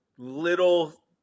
Little